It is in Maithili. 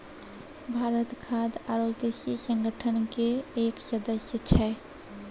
भारत खाद्य आरो कृषि संगठन के एक सदस्य छै